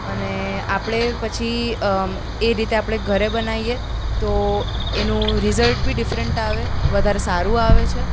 અને આપણે પછી એ રીતે આપણે ઘરે બનાવીએ તો એનું રિઝલ્ટ બી ડિફરન્ટ આવે વધારે સારું આવે છે